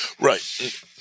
Right